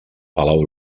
palau